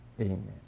Amen